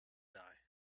die